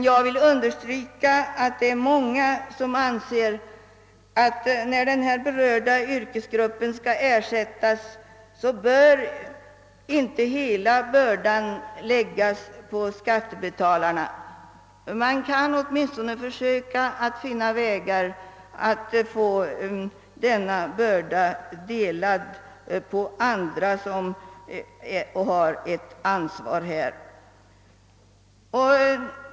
Jag vill emellertid understryka att många anser att när den här berörda yrkesgruppen skall ersättas bör inte hela bördan läggas på skattebetalarna. Man kan åtminstone försöka finna vägar att få denna börda fördelad på andra som också har ett ansvar härvidlag.